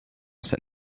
staat